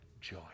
joy